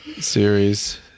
series